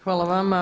Hvala vama.